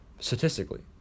statistically